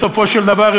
בסופו של דבר,